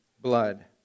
blood